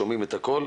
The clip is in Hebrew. שומעים את הכל,